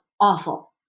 awful